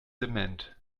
dement